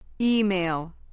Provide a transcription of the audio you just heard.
Email